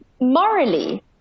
Morally